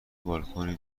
بالکنی